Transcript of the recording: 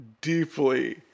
deeply